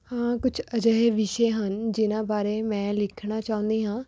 ਹਾਂ ਕੁਝ ਅਜਿਹੇ ਵਿਸ਼ੇ ਹਨ ਜਿਨ੍ਹਾਂ ਬਾਰੇ ਮੈਂ ਲਿਖਣਾ ਚਾਹੁੰਦੀ ਹਾਂ